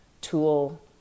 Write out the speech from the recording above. tool